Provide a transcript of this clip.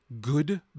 good